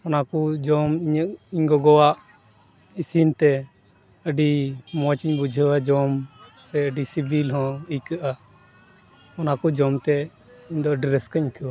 ᱚᱱᱟ ᱠᱚ ᱡᱚᱢ ᱤᱧᱟᱹᱜ ᱤᱧ ᱜᱚᱜᱚᱣᱟᱜ ᱤᱥᱤᱱ ᱛᱮ ᱟᱹᱰᱤ ᱢᱚᱡᱽ ᱤᱧ ᱵᱩᱡᱷᱟᱹᱣᱟ ᱡᱚᱢ ᱥᱮ ᱟᱹᱰᱤ ᱥᱤᱵᱤᱞ ᱦᱚᱸ ᱟᱹᱭᱠᱟᱹᱜᱼᱟ ᱚᱱᱟ ᱠᱚ ᱡᱚᱢ ᱛᱮ ᱤᱧ ᱫᱚ ᱟᱹᱰᱤ ᱨᱟᱹᱠᱟᱹᱧ ᱟᱹᱭᱠᱟᱹᱣᱟ